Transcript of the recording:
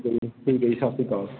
ਚਲੋ ਠੀਕ ਹੈ ਜੀ ਸਤਿ ਸ਼੍ਰੀ ਅਕਾਲ